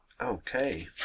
Okay